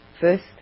First